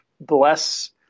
bless